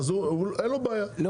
אז אין לו בעיה,